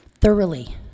thoroughly